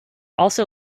also